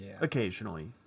Occasionally